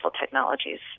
technologies